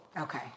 Okay